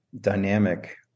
dynamic